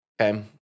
okay